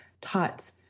taught